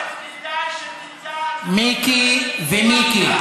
מיקי ומיקי.